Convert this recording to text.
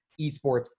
eSports